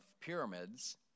pyramids